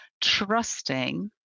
Trusting